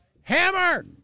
Hammer